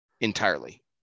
entirely